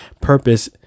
purpose